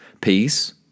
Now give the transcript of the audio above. Peace